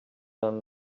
and